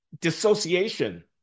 dissociation